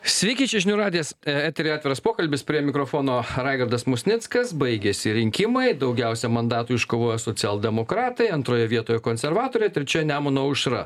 sveiki čia žinių radijas eteryje atviras pokalbis prie mikrofono raigardas musnickas baigėsi rinkimai daugiausia mandatų iškovojo socialdemokratai antroje vietoje konservatoriai trečioje nemuno aušra